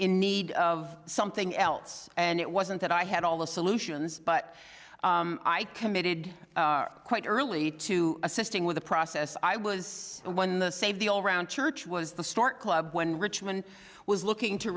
in need of something else and it wasn't that i had all the solutions but i committed quite early to assisting with the process i was one the save the all round church was the start club when richmond was looking to